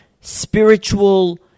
spiritual